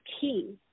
key